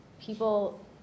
people